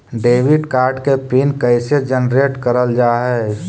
Debit card के pin कैसे generate करल जाहै?